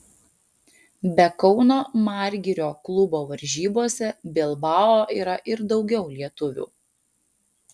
be kauno margirio klubo varžybose bilbao yra ir daugiau lietuvių